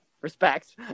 Respect